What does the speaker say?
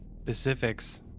specifics